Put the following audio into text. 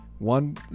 One